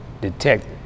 detect